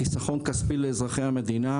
לחיסכון כספי לאזרחי המדינה.